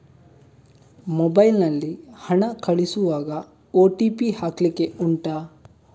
mobile ನಲ್ಲಿ ಹಣ ಕಳಿಸುವಾಗ ಓ.ಟಿ.ಪಿ ಹಾಕ್ಲಿಕ್ಕೆ ಉಂಟಾ